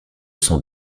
son